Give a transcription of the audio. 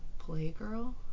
Playgirl